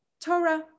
Torah